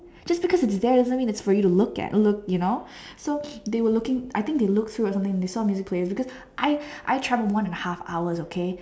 just because it's there it doesn't mean it's for you to look at look you know so they were looking I think they look through or something they saw the music player because I I travel one and half hours okay